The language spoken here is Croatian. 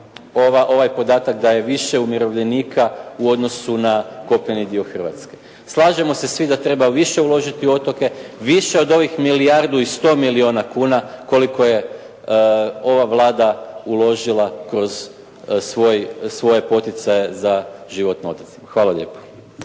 ovaj podatak da je više umirovljenika u odnosu na kopneni dio Hrvatske. Slažemo se svi da treba više uložiti u otoke, više od ovih milijardu i 100 milijuna kuna koliko je ova Vlada uložila kroz svoje poticaje za život na otocima. Hvala lijepa.